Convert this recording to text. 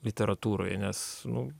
literatūroje nes nu